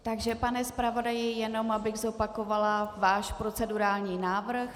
Takže pane zpravodaji, jenom abych zopakovala váš procedurální návrh.